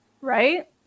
Right